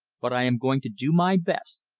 but i am going to do my best.